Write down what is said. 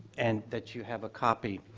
and that you have a copy.